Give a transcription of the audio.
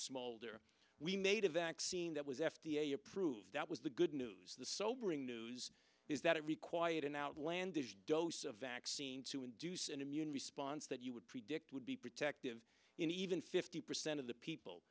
smolder we made a vaccine that was f d a approved that was the good news the sobering news is that it required an outlandish dose of vaccine to induce an immune response that you would predict would be protective in even fifty percent of the people